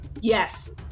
Yes